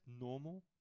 normal